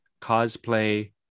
cosplay